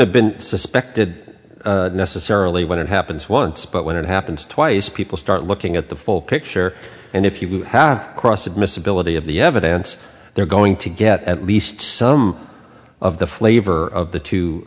have been suspected necessarily when it happens once but when it happens twice people start looking at the full picture and if you can have cross admissibility of the evidence they're going to get at least some of the flavor of the